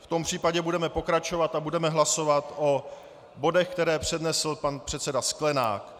V tom případě budeme pokračovat a budeme hlasovat o bodech, které přednesl pan předseda Sklenák.